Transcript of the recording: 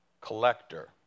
collector